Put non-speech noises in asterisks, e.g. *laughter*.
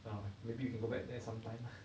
well maybe you can go back then sometime *laughs*